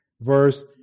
Verse